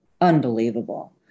unbelievable